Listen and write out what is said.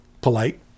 polite